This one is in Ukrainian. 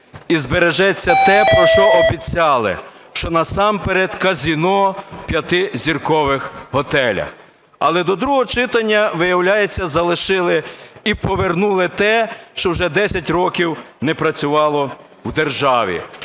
і збережеться те, про що обіцяли, що насамперед казино в п'ятизіркових готелях. Але до другого читання, виявляється, залишили і повернули те, що вже 10 років не працювало в державі